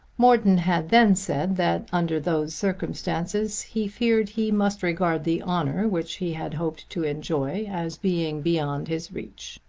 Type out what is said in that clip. morton had then said that under those circumstances he feared he must regard the honour which he had hoped to enjoy as being beyond his reach.